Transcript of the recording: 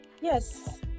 Yes